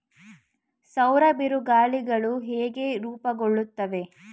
ಸೌರ ಬಿರುಗಾಳಿಗಳು ಹೇಗೆ ರೂಪುಗೊಳ್ಳುತ್ತವೆ?